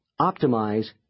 optimize